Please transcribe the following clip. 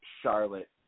Charlotte